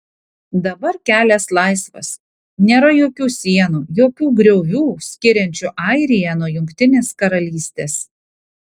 dabar kelias laisvas nėra jokių sienų jokių griovių skiriančių airiją nuo jungtinės karalystės